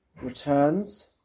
returns